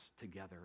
together